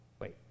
wait